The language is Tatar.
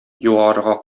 югарыга